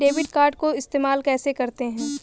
Debit card को इस्तेमाल कैसे करते हैं?